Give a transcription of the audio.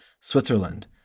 Switzerland